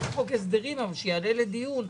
לא חוק הסדרים אבל שיעלה לדיון.